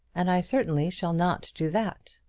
and i certainly shall not do that.